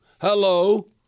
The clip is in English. Hello